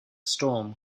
storm